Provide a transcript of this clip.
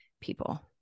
people